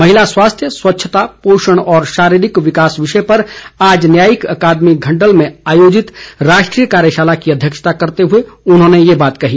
महिला स्वास्थ्य स्वच्छता पोषण और शारीरिक विकास विषय पर आज न्यायिक अकादमी घण्डल में आयोजित राष्ट्रीय कार्यशाला की अध्यक्षता करते हुए उन्होंने ये बात कही